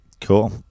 Cool